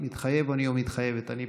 "מתחייב אני" או "מתחייבת אני".